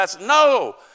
No